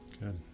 good